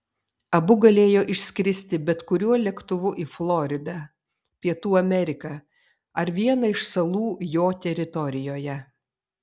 abu galėjo išskristi bet kuriuo lėktuvu į floridą pietų ameriką ar vieną iš salų jo teritorijoje